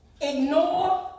ignore